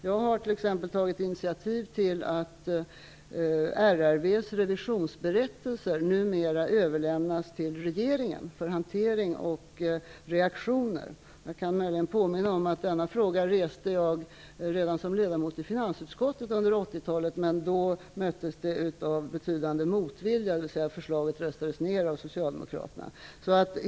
Jag har t.ex. tagit initiativ till att RRV:s revisionsberättelser numera överlämnas till regeringen för hantering och reaktioner. Jag kan möjligen påminna om att jag reste denna fråga redan som ledamot av finansutskottet, under 80-talet. Men då möttes den av betydande motvilja, dvs. förslaget röstades ned av Socialdemokraterna.